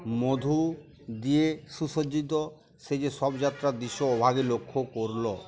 মধু দিয়ে সুসজ্জিত সেই যে শব যাত্রার দৃশ্য অভাগী লক্ষ্য করল